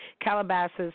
Calabasas